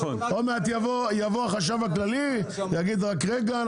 עוד מעט יבוא החשב הכללי ויגיד רק רגע,